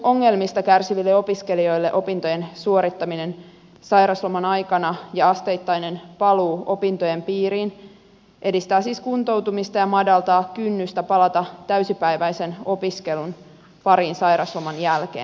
mielenterveysongelmista kärsiville opiskelijoille opintojen suorittaminen sairausloman aikana ja asteittainen paluu opintojen piiriin edistää siis kuntoutumista ja madaltaa kynnystä palata täysipäiväisen opiskelun pariin sairausloman jälkeen